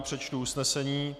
Přečtu usnesení.